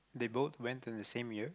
they both went in the same year